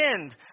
end